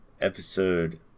episode